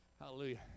hallelujah